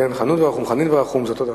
כנראה הנושא הוא מאוד חשוב.